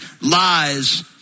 lies